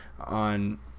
on